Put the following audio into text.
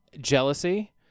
jealousy